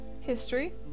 History